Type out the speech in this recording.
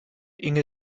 inge